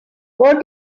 what